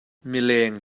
mileng